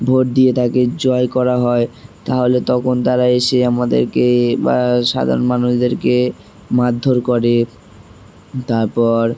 vote দিয়ে তাকে জয় করা হয় তাহলে তখন তারা এসে আমাদেরকে বা সাধারণ মানুষদেরকে মারধর করে তারপর